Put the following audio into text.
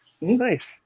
Nice